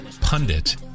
pundit